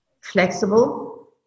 Flexible